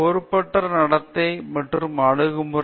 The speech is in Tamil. பொறுப்பற்ற நடத்தை மற்றும் அணுகுமுறை